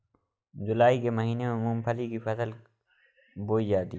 जूलाई के महीने में मूंगफली की फसल बोई जाती है